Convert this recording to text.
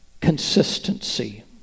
Consistency